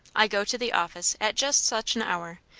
i go to the office at just such an hour,